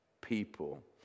people